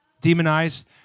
demonized